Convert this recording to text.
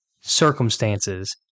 circumstances